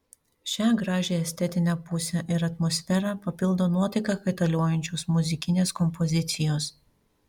šią gražią estetinę pusę ir atmosferą papildo nuotaiką kaitaliojančios muzikinės kompozicijos